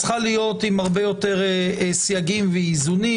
צריכה להיות עם הרבה יותר סייגים ואיזונים.